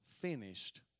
finished